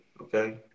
Okay